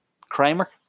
Kramer